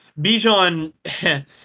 Bijan